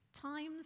Times